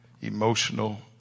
emotional